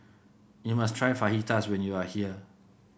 you must try Fajitas when you are here